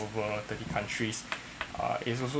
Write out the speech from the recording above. over thirty countries uh it's also